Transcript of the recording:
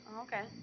Okay